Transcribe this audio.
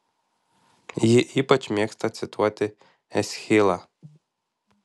ji ypač mėgsta cituoti eschilą